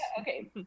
okay